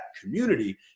community